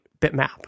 bitmap